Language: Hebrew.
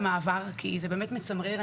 המעבר קשה לי כי זה באמת מצמרר.